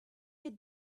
had